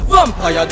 Vampire